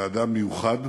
לאדם מיוחד,